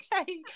okay